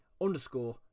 underscore